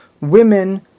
women